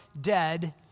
dead